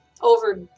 over